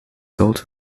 also